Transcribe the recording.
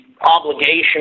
obligation